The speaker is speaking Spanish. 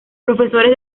profesores